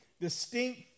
distinct